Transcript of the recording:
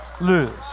lose